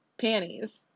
panties